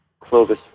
Clovis